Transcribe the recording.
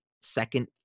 second